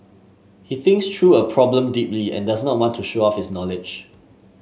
he thinks through a problem deeply and does not want to show off his knowledge